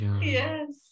Yes